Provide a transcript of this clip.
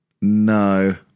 no